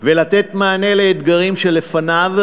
ולתת מענה לאתגרים שלפניו,